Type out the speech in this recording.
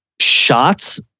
shots